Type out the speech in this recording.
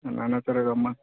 ನನ್ನ ಹತ್ರ ಇರೋ ಮ